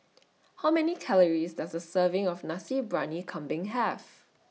How Many Calories Does A Serving of Nasi Briyani Kambing Have